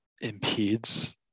impedes